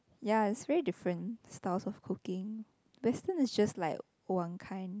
ya it's very different styles of cooking western is just like one kind